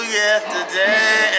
yesterday